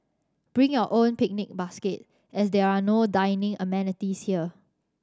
bring your own picnic basket as there are no dining amenities here